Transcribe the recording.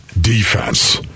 Defense